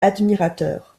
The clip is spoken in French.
admirateur